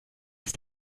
ist